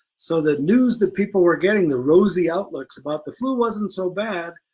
so that news that people were getting, the rosy outlooks about the flu wasn't so bad,